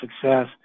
success